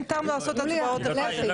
אין טעם לעשות הצבעות אחת אחת.